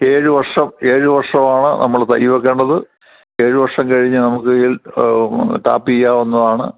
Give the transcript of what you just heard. ഏഴ് വർഷം ഏഴ് വർഷമാണ് നമ്മൾ തൈ വെക്കേണ്ടത് ഏഴ് വർഷം കഴിഞ്ഞ് നമുക്ക് ടാപ്പ് ചെയ്യാവുന്നതാണ്